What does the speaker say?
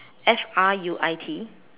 F R U I T